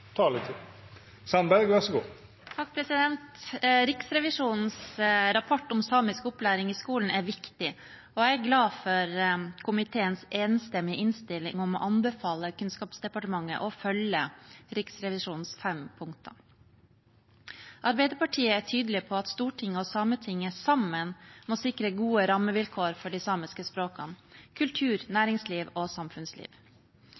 glad for komiteens enstemmige innstilling om å anbefale Kunnskapsdepartementet å følge Riksrevisjonens fem punkter. Arbeiderpartiet er tydelig på at Stortinget og Sametinget sammen må sikre gode rammevilkår for de samiske språkene, samisk kultur,